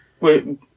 Wait